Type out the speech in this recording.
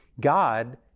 God